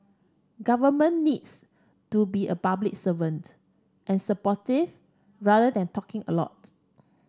government needs to be a public servant and supportive rather than talking a lot